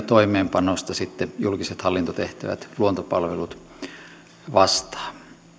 toimeenpanosta sitten julkiset hallintotehtävät luontopalvelut vastaavat